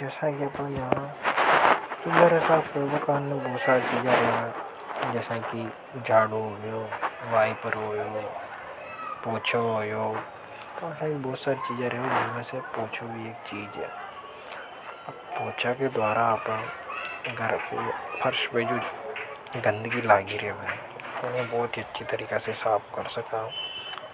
जैसा किअपन जाना वाइपर होयो यह पोछा असा की बहुत सारे चीजें जैसे पूछा भी एक चीज है। पोछा के द्वारा आप अने घर के फर्ष पर जो गंद की लागी रहे हैं वह बहुत अच्छी तरीका से साफ कर सका।